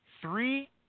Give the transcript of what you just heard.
three